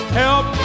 help